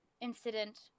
incident